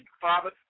Father